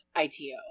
ITO